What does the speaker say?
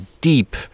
deep